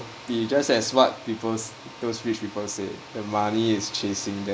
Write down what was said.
be just as what peoples those rich people say the money is chasing them